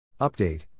Update